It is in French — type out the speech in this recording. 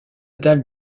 dalle